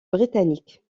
britanniques